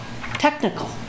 technical